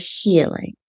healing